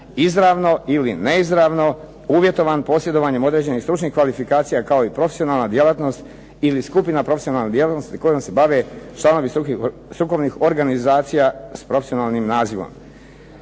izravno ili neizravno, uvjetovan posjedovanjem određenih stručnih kvalifikacija, kao i profesionalna djelatnost ili skupina profesionalnih djelatnosti kojima se bave članovi strukovnih organizacija s profesionalnim nazivom.